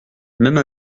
même